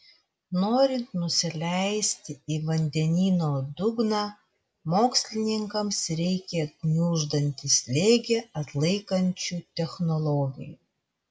norint nusileisti į vandenyno dugną mokslininkams reikia gniuždantį slėgį atlaikančių technologijų